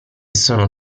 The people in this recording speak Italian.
sono